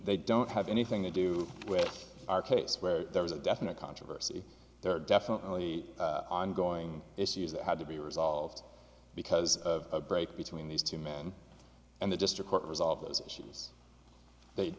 they don't have anything to do with our case where there was a definite controversy there are definitely ongoing issues that had to be resolved because of a break between these two men and the district court resolve those issues they